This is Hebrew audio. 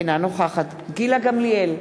אינה נוכחת גילה גמליאל,